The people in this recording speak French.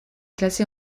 classé